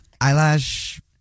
eyelash